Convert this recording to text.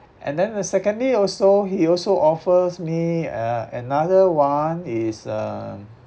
and then the secondly also he also offers me uh another one it's uh